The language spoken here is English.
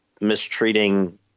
Mistreating